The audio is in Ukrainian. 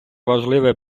важливе